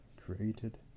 created